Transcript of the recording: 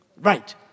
Right